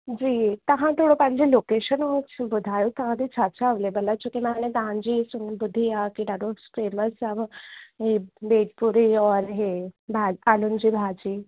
जी तव्हां थोरो पंहिंजो लोकेशन उहो ॿुधायो तव्हां वटि छा छा अवेलेबल आहे छोकी मां अन तव्हांजी सुन ॿुधी आहे की ॾाढो फेमस आहे इहे बेद पूरी और इहा भा आलुन जी भाॼी